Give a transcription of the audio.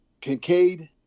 Kincaid